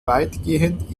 weitgehend